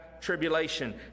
tribulation